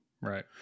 Right